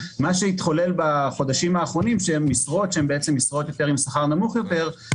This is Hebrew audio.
מה שהתחולל בחודשים האחרונים שמשרות שהן בעצם משרות בשכר נמוך יותר,